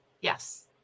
yes